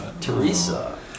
Teresa